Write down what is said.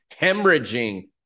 hemorrhaging